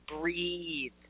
breathe